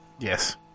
Yes